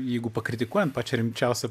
jeigu pakritikuojam pačią rimčiausią